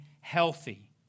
healthy